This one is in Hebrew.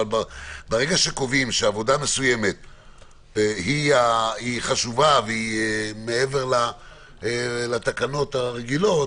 ברגע שקובעים שעבודה מסוימת חשובה והיא מעבר לתקנות הרגילות,